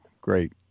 great